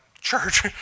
church